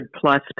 plus